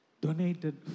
donated